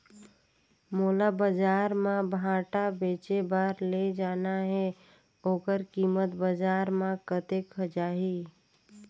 मोला बजार मां भांटा बेचे बार ले जाना हे ओकर कीमत बजार मां कतेक जाही?